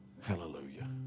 Hallelujah